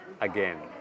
again